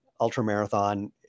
ultramarathon